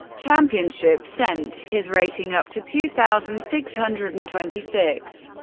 championship sent his rating up to two thousand six hundred and twenty six,